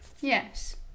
Yes